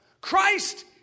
Christ